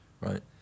right